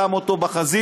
שם אותו בחזית,